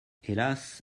hélas